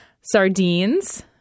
sardines